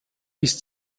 ist